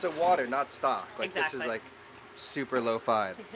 so water, not stock. like this is like super lo-fi,